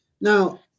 now